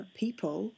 people